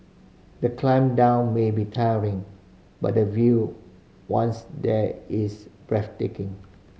the climb down may be tiring but the view once there is breathtaking